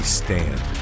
stand